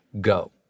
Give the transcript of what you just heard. go